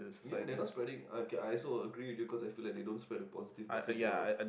ya they are not spreading okay I also agree with you cause I feel like they don't spread a positive message at all